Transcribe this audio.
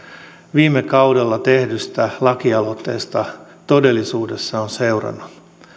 viime kaudella tehdystä lakialoitteesta todellisuudessa on seurannut